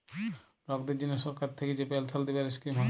লকদের জনহ সরকার থাক্যে যে পেলসাল দিবার স্কিম হ্যয়